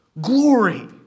glory